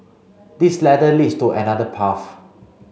this ladder leads to another path